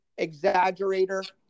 Exaggerator